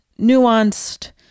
nuanced